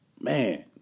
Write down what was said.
Man